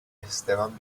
esteban